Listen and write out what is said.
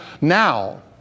now